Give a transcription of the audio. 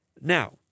Now